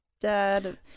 dad